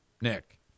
Nick